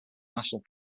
national